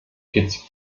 kitts